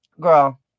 girl